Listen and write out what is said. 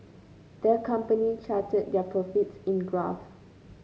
the company charted their profits in graph